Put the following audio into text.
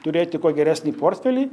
turėti kuo geresnį portfelį